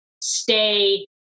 stay